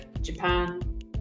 Japan